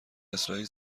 اسرائیل